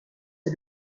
est